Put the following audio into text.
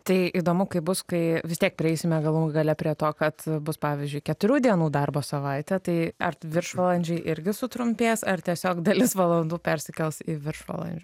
tai įdomu kaip bus kai vis tiek prieisime galų gale prie to kad bus pavyzdžiui keturių dienų darbo savaitė tai ar viršvalandžiai irgi sutrumpės ar tiesiog dalis valandų persikels į viršvalandžiu